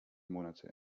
monate